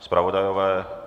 Zpravodajové?